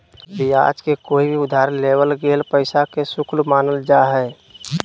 ब्याज के कोय भी उधार लेवल गेल पैसा के शुल्क मानल जा हय